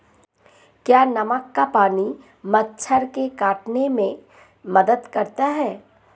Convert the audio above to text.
क्या नमक का पानी मच्छर के काटने में मदद करता है?